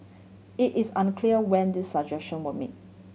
it is unclear when these suggestion were made